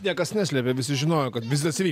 niekas neslėpė visi žinojo kad vizitas įvyks